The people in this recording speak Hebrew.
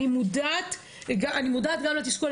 אני מודעת גם לתסכול,